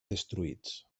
destruïts